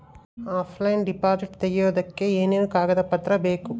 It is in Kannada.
ಆಫ್ಲೈನ್ ಡಿಪಾಸಿಟ್ ತೆಗಿಯೋದಕ್ಕೆ ಏನೇನು ಕಾಗದ ಪತ್ರ ಬೇಕು?